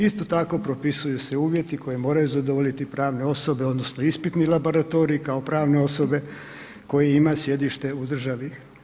Isto tako, propisuju se uvjeti koji moraju zadovoljiti pravne osobe odnosno ispitni laboratoriji kao pravne osobe koje ima sjedište u državi.